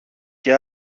και